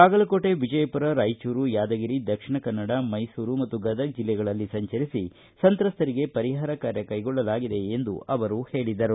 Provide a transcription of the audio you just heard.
ಬಾಗಲಕೋಟೆ ವಿಜಯಪುರ ರಾಯಚೂರು ಯಾದಗಿರಿ ದಕ್ಷಿಣ ಕನ್ನಡ ಮೈಸೂರು ಮತ್ತು ಗದಗ ಜಿಲ್ಲೆಗಳಲ್ಲಿ ಸಂಚರಿಸಿ ಸಂತ್ರಸ್ತರಿಗೆ ಪರಿಹಾರ ಕಾರ್ಯ ಕೈಗೊಳ್ಳಲಾಗಿದೆ ಎಂದು ಅವರು ಹೇಳಿದರು